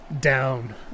down